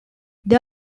they